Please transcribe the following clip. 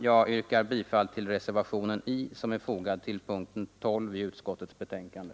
Jag yrkar bifall till reservationen I som är fogad vid punkten 12 i utskottets betänkande.